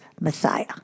Messiah